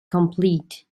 complete